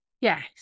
Yes